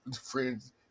friends